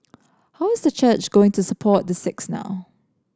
how is the church going to support the six now